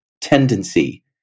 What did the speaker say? tendency